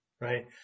right